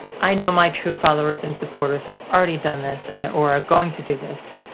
i know my true followers and supporters have already done this and or are going to do this.